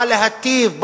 בא להיטיב,